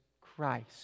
Christ